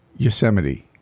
Yosemite